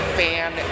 fan